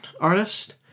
artist